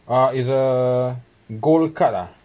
uh is a gold card ah